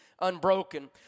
unbroken